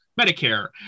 Medicare